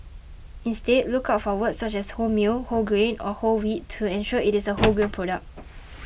instead look out for words such as wholemeal whole grain or whole wheat to ensure it is a wholegrain product